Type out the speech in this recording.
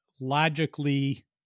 logically